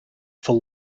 for